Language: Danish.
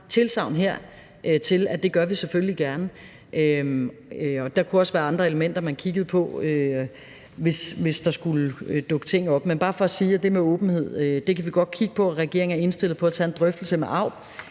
tilsagn her om, at det gør vi selvfølgelig gerne. Der kunne også være andre elementer, man kiggede på, hvis der skulle dukke ting op, men det er bare for at sige, at det med åbenhed kan vi godt kigge på. Regeringen er indstillet på at tage en drøftelse med AUB